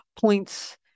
points